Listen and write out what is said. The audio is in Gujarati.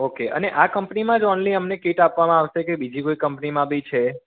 ઓકે અને આ કંપનીમાં જ ઓન્લી અમને કીટ આપવામાં આવશે કે બીજી કોઈ કંપનીમાં બી છે